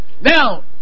now